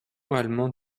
allemand